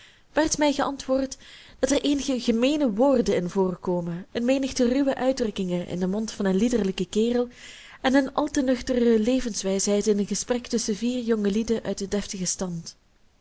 werd mij geantwoord dat er eenige gemeene woorden in voorkomen een menigte ruwe uitdrukkingen in den mond van een liederlijken kerel en een al te nuchtere levenswijsheid in een gesprek tusschen vier jongelieden uit den deftigen stand